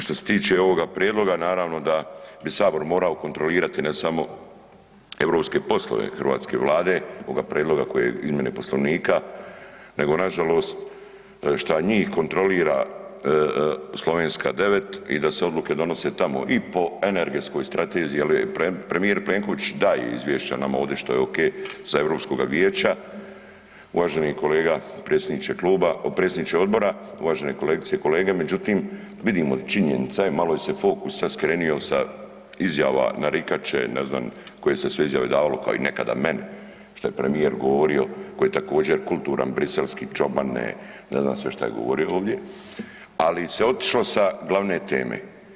Što se tiče ovoga prijedloga naravno da bi sabor morao kontrolirati ne samo europske poslove hrvatske Vlade ovoga prijedloga koji je, izmjene poslovnika nego nažalost šta njih kontrolira Slovenska 9 i da se odluke donose tamo i po energetskoj strateziji jer premije Plenković daje izvješće nam ovdje što je ok sa Europskoga vijeća, uvaženi kolega predsjedniče kluba, predsjedniče odbora, uvažene kolegice i kolege vidimo činjenica je malo je se fokus sad skrenuo sa izjava narikače ne znam koje se sve izjave davalo kao i nekada meni, što je premijer govorio koji je također kulturan Bruxelleski čobane, ne znam sve što je govorio ovdje, ali se je otišlo sa glavne teme.